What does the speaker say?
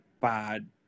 bad